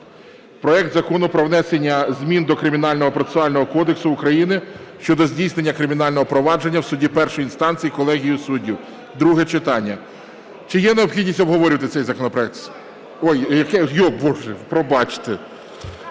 проект Закону про внесення змін до Кримінального процесуального кодексу України щодо здійснення кримінального провадження в суді першої інстанції колегією суддів (друге читання). Чи є необхідність обговорювати цей законопроект? Ой! Пробачте!